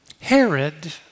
Herod